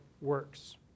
works